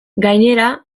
gainera